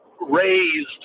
raised